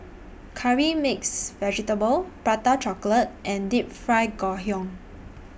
Curry Mixed Vegetable Prata Chocolate and Deep Fried Ngoh Hiang